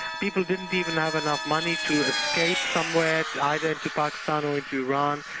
people didn't even have enough money to escape somewhere, either to pakistan or into iran,